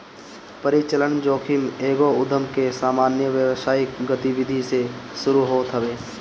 परिचलन जोखिम एगो उधम के सामान्य व्यावसायिक गतिविधि से शुरू होत हवे